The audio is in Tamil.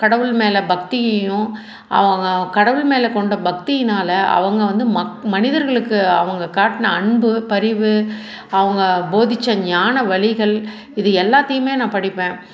கடவுள் மேலே பக்தியையும் அவங்க கடவுள் மேலே கொண்ட பக்தியினால் அவங்க வந்து மக் மனிதர்களுக்கு அவங்க காட்டுன அன்பு பரிவு அவங்க போதித்த ஞான வழிகள் இது எல்லாத்தையுமே நான் படிப்பேன்